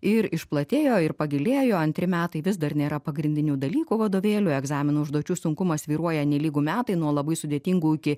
ir išplatėjo ir pagilėjo antri metai vis dar nėra pagrindinių dalykų vadovėlių egzaminų užduočių sunkumas svyruoja nelygu metai nuo labai sudėtingų iki